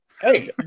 Hey